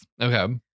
Okay